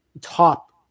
top